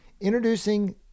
introducing